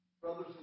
Brothers